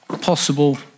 possible